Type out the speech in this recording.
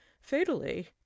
fatally